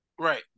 Right